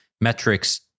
metrics